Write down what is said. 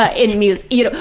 ah in mus. you,